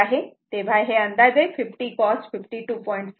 तेव्हा हे अंदाजे 50 cos 52